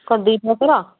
କ'ଣ ଦୁଇ ପ୍ରକାର